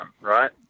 right